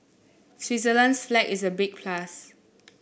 Switzerland's flag is a big plus